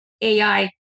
ai